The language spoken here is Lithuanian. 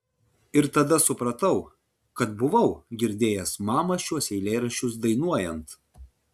ir tada supratau kad buvau girdėjęs mamą šiuos eilėraščius dainuojant